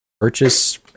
purchase